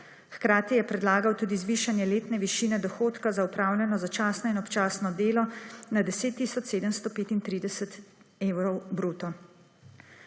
Hkrati je predlagal tudi zvišanje letne višine dohodka za opravljeno začasno in občasno delo na 10 tisoč 735 evrov bruto.